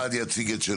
כל אחד יציג את שלו.